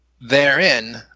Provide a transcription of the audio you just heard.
Therein